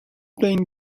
playing